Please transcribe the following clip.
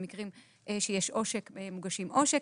במקרים שיש עושק מוגשים עושק,